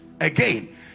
Again